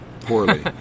Poorly